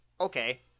okay